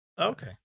Okay